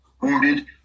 wounded